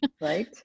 Right